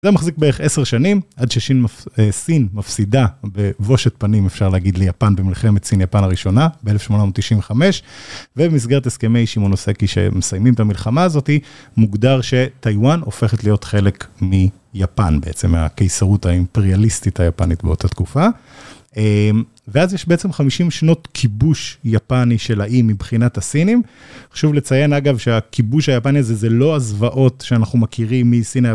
זה מחזיק בערך עשר שנים, עד שסין מפסידה בבושת פנים, אפשר להגיד, ליפן במלחמת סין-יפן הראשונה, ב-1895, ובמסגרת הסכמי שימונוסקי, שהם מסיימים את המלחמה הזאתי, מוגדר שטיואן הופכת להיות חלק מיפן, בעצם הקיסרות האימפריאליסטית היפנית באותה תקופה. ואז יש בעצם 50 שנות כיבוש יפני של האי מבחינת הסינים. חשוב לציין אגב, שהכיבוש היפני הזה, זה לא הזוועות שאנחנו מכירים מסין-יפן.